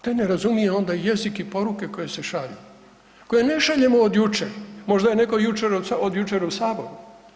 Taj ne razumije onda jezik i poruke koje se šalju, koje ne šaljemo od jučer, možda je netko od jučer u Saboru.